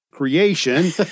creation